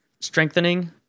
strengthening